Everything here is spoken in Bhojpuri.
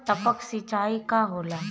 टपक सिंचाई का होला?